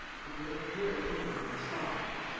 and they looked very big and soft.